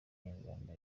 abanyarwanda